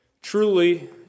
Truly